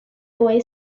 boy